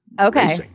okay